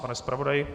Pane zpravodaji?